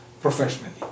professionally